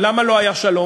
על-פי המוצע,